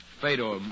Fedor